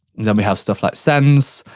then we have stuff like sends,